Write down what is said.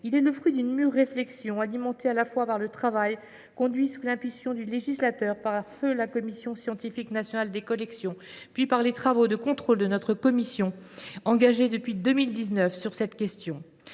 il est le fruit d’une mûre réflexion, alimentée à la fois par le travail conduit sous l’impulsion du législateur par feu la Commission scientifique nationale des collections (CSNC) et par les travaux de contrôle que notre commission a engagés depuis 2019 sur la question